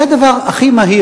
זה דבר הכי מהיר.